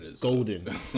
golden